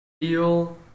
Feel